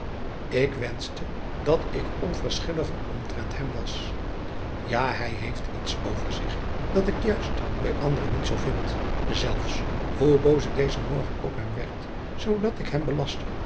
ik wenschte dat ik onverschilliger omtrent hem was ja hij heeft zeker iets over zich dat ik juist bij anderen niet zoo vind zelfs hoe boos ik dezen morgen op hem werd zoodat ik hem belastte